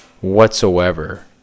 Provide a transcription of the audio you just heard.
whatsoever